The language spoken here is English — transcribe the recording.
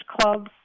clubs